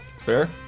Fair